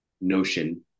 notion